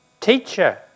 Teacher